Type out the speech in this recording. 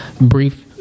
brief